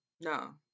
No